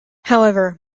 however